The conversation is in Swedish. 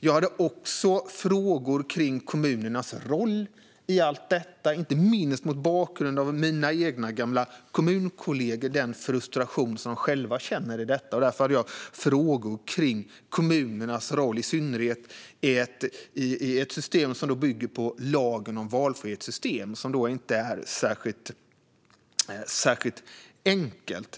Jag hade också frågor kring kommunernas roll i allt detta, inte minst mot bakgrund av den frustration som mina egna gamla kommunkollegor känner. Därför hade jag frågor om kommunernas roll - i synnerhet i ett system som bygger på lagen om valfrihetssystem, som inte är särskilt enkelt.